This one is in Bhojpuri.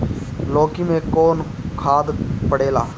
लौकी में कौन खाद पड़ेला?